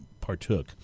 partook